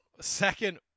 Second